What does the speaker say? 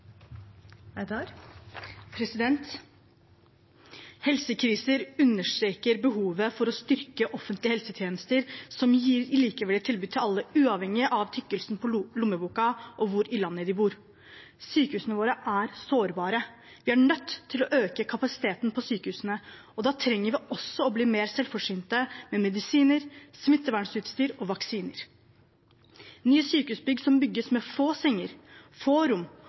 Helsekriser understreker behovet for å styrke offentlige helsetjenester som gir likeverdige tilbud til alle uavhengig av tykkelsen på lommeboka og hvor i landet de bor. Sykehusene våre er sårbare. Vi er nødt til å øke kapasiteten ved sykehusene, og da trenger vi også å bli mer selvforsynte med medisiner, smittevernutstyr og vaksiner. Nye sykehusbygg som bygges med få